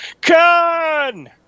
Con